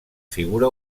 figura